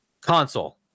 Console